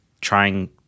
trying